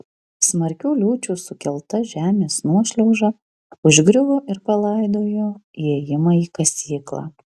smarkių liūčių sukelta žemės nuošliauža užgriuvo ir palaidojo įėjimą į kasyklą